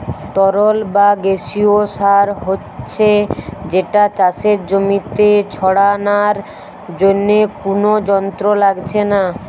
তরল বা গেসিও সার হচ্ছে যেটা চাষের জমিতে ছড়ানার জন্যে কুনো যন্ত্র লাগছে না